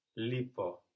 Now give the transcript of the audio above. lipo